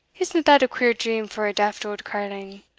isna that a queer dream for a daft auld carline?